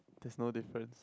there's no difference